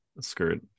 Skirt